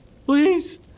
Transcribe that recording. Please